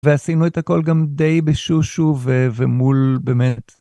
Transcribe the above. ועשינו את הכל גם די בשושו ומול באמת.